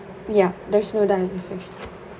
ya there's no diet restrictions